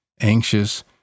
anxious